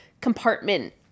compartment